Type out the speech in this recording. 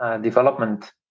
development